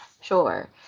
Sure